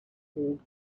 all